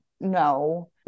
no